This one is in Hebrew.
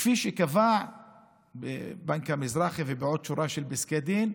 כפי שקבע בבנק המזרחי ובעוד שורה של פסקי דין.